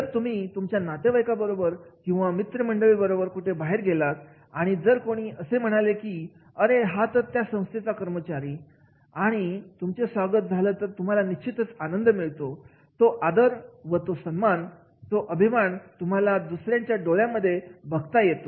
जर तुम्ही तुमच्या नातेवाईकांबरोबर किंवा मित्रमंडळींबरोबर कुठे बाहेर गेला असाल आणि जर कोणी असं म्हणाले अरे हो हा तर त्या संस्थेचा कर्मचारी आहे आणि तुमचे स्वागत झालं तर तुम्हाला निश्चितच आनंद मिळतो तो आदर व सन्मान तो अभिमान तुम्हाला दुसऱ्यांचे डोळ्यामध्ये बघता येतो